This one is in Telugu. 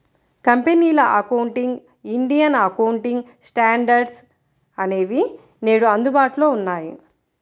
కంపెనీల అకౌంటింగ్, ఇండియన్ అకౌంటింగ్ స్టాండర్డ్స్ అనేవి నేడు అందుబాటులో ఉన్నాయి